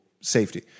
safety